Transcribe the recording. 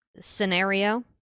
scenario